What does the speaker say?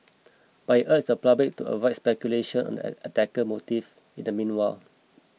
but he urged the public to avoid speculation on the attacker motive in the meanwhile